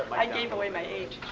i gave away my age,